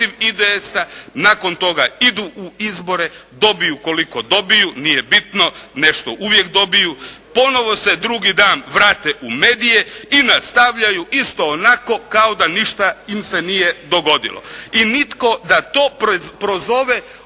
I nitko da to prozove